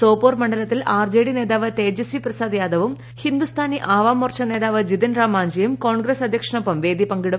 സോപോർ മണ്ഡലത്തിൽ R J D നേതാവ് തേജസ്വി പ്രസാദ് യാദവും ഹിന്ദുസ്ഥാനി ആവാം മോർച്ചു നേതാവ് ജിതിൻ റാം മാഞ്ചിയും കോൺഗ്രസ് അധ്യക്ഷനൊപ്പം വേദി പങ്കിടും